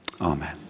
Amen